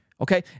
Okay